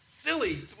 silly